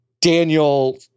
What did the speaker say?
Daniel